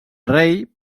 rei